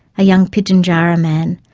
a young pitjatjantjara man,